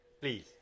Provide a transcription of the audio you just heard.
Please